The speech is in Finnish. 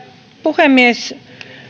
puhemies